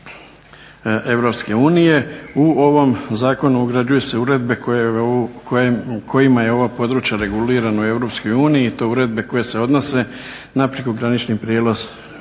U ovom zakonu ugrađuju se uredbe kojime je ovo područje regulirano u EU i to uredbe koje se odnose na prekogranični prijenos